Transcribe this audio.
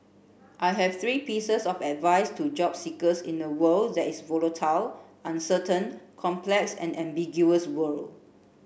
I have three pieces of advice to job seekers in a world that is volatile uncertain complex and ambiguous world